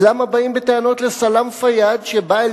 אז למה באים בטענות לסלאם פיאד שבא אל